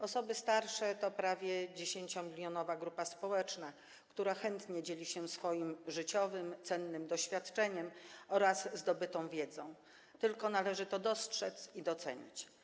Osoby starsze to prawie 10-milionowa grupa społeczna, która chętnie dzieli się swoim życiowym, cennym doświadczeniem oraz zdobytą wiedzą, tylko należy to dostrzec i docenić.